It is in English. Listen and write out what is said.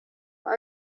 why